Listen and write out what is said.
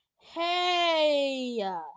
Hey